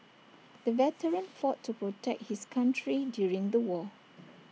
the veteran fought to protect his country during the war